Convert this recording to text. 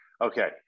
Okay